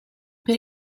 per